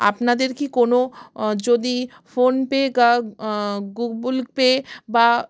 আপনাদের কি কোনো যদি ফোন পে গা গুগল পে বা